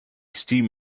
steam